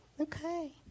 Okay